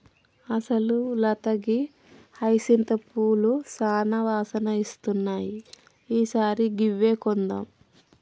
అసలు లత గీ హైసింత పూలు సానా వాసన ఇస్తున్నాయి ఈ సారి గివ్వే కొందాం